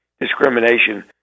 discrimination